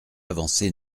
avancée